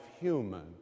human